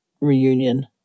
reunion